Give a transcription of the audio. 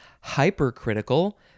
Hypercritical